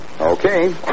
Okay